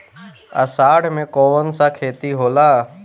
अषाढ़ मे कौन सा खेती होला?